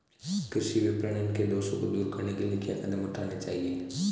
कृषि विपणन के दोषों को दूर करने के लिए क्या कदम उठाने चाहिए?